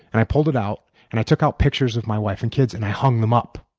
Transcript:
and i pulled it out and i took out pictures of my wife and kids and i hung them up